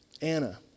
Anna